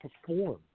perform